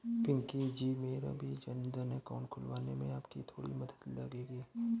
पिंकी जी मेरा भी जनधन अकाउंट खुलवाने में आपकी थोड़ी मदद लगेगी